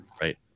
Right